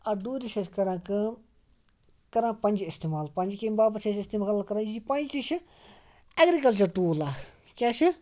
اَتھ ڈوٗرِس چھِ أسۍ کَران کٲم کَران پَنجہِ اِستعمال پَنجہِ کیٚمہِ باپَتھ چھِ أسۍ اِستعمال کَران یہِ پَنجہِ تہِ چھِ ایٚگرِکَلچَر ٹوٗل اَکھ کیٛاہ چھِ